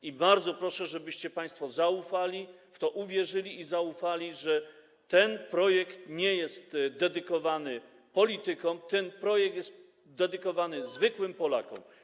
I bardzo proszę, żebyście państwo w to uwierzyli i zaufali, że ten projekt nie jest dedykowany politykom, ten projekt jest dedykowany zwykłym Polakom.